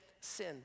sin